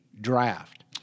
draft